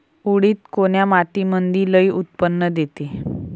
उडीद कोन्या मातीमंदी लई उत्पन्न देते?